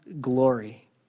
glory